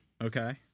okay